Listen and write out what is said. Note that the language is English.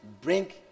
bring